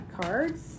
cards